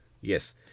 Yes